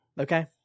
Okay